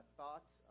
thoughts